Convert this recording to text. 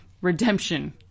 Redemption